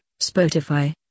Spotify